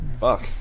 Fuck